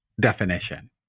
definition